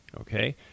Okay